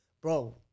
Bro